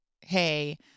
hey